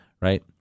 right